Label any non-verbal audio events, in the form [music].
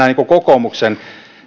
[unintelligible] niin kuin kokoomuksen